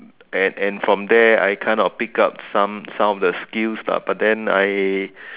and and from there I kind of picked up some some of the skills lah but then I